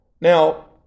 Now